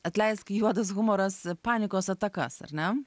atleisk juodas humoras panikos atakas ar ne